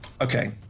Okay